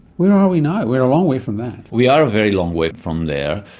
where are we now? we're a long way from that. we are a very long way from there.